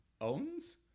owns